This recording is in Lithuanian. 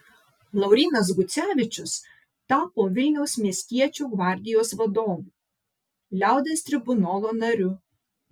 laurynas gucevičius tapo vilniaus miestiečių gvardijos vadovu liaudies tribunolo nariu